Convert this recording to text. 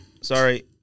sorry